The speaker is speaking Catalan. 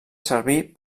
servir